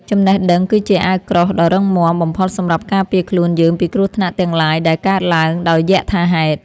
ចំណេះដឹងគឺជាអាវក្រោះដ៏រឹងមាំបំផុតសម្រាប់ការពារខ្លួនយើងពីគ្រោះថ្នាក់ទាំងឡាយដែលកើតឡើងដោយយថាហេតុ។